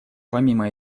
помимо